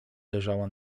leżała